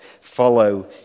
follow